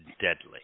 deadly